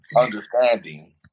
understanding